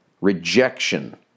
rejection